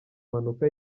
mpanuka